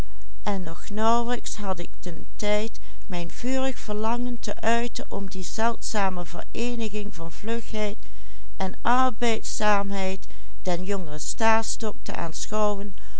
verlangen te uiten om die zeldzame vereeniging van vlugheid en arbeidzaamheid den jongeren stastok te aanschouwen